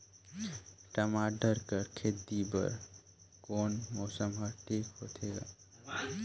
टमाटर कर खेती बर कोन मौसम हर ठीक होथे ग?